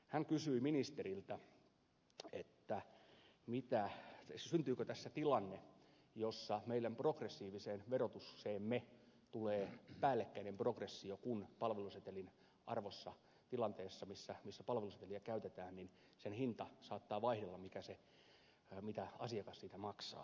hän kysyi ministeriltä syntyykö tässä tilanne jossa meidän progressiiviseen verotukseemme tulee päällekkäinen progressio kun tilanteessa missä palveluseteliä käytetään se hinta saattaa vaihdella mitä asiakas siitä maksaa